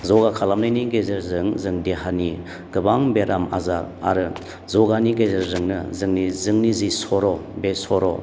ज'गा खालामनायनि गेजेरजों जों देहानि गोबां बेराम आजार आरो ज'गानि गेजेरजोंनो जों जोंनि जि सर' बे सर'